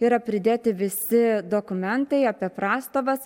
yra pridėti visi dokumentai apie prastovas